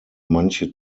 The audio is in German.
manche